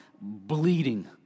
bleeding